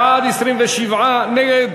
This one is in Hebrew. בעד, 27, נגד,